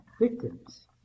victims